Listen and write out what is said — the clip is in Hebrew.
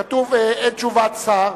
כתוב: "אין תשובת שר".